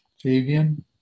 Fabian